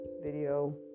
video